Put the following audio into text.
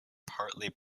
partly